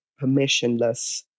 permissionless